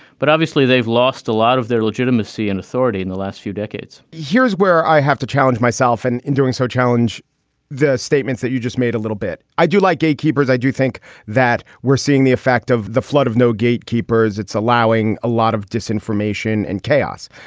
but obviously they've lost a lot of their legitimacy and authority in the last few decades here's where i have to challenge myself and in doing so, challenge the statements that you just a little bit. i do like gatekeeper's. i do think that we're seeing the effect of the flood of no gatekeepers. it's allowing a lot of disinformation and chaos.